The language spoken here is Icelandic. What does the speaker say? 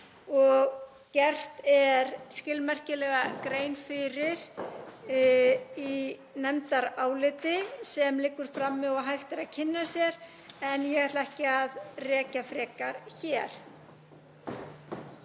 og gert er skilmerkilega grein fyrir því í nefndaráliti sem liggur frammi og hægt er að kynna sér en ég ætla ekki að rekja frekar hér.